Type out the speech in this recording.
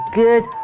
good